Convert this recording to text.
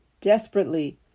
desperately